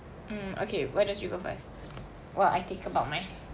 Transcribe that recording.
mm okay why don't you go first while I think about mine